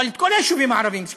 ואת כל היישובים הערביים,